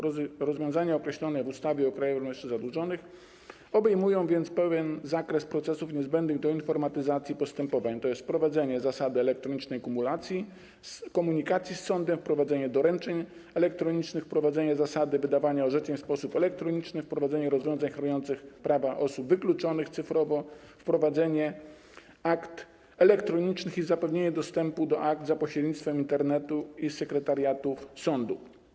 Rozwiązania określone w ustawie o Krajowym Rejestrze Zadłużonych obejmują więc pełen zakres procesów niezbędnych do informatyzacji postępowań, tj. wprowadzenie zasady elektronicznej komunikacji z sądem, wprowadzenie doręczeń elektronicznych, wprowadzenie zasady wydawania orzeczeń w sposób elektroniczny, wprowadzenie rozwiązań chroniących prawa osób wykluczonych cyfrowo, wprowadzenie akt elektronicznych i zapewnienie dostępu do akt za pośrednictwem Internetu i sekretariatów sądu.